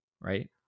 right